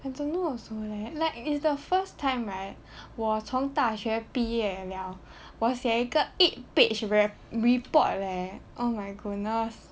I don't know also leh like is the first time right 我从大学毕业了我写一个 eight page report leh oh my goodness